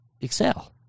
excel